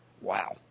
Wow